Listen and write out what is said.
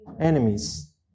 enemies